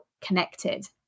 connected